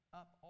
up